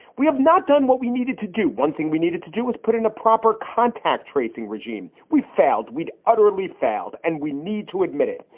we have not done what we needed to do. one thing we needed to do was put in a proper contact tracing regime. we failed. we utterly failed. and we need to admit it.